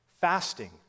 fasting